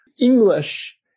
English